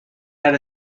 had